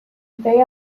they